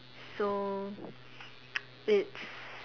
so it's